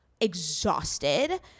exhausted